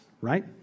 right